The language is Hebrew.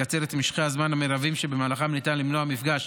לקצר את משכי הזמן המרביים שבמהלכם ניתן למנוע מפגש